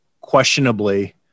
questionably